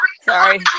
Sorry